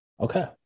Okay